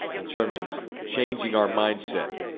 in terms of changing our mindset.